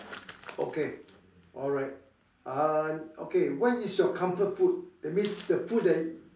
okay alright uh okay what is your comfort food that means the food that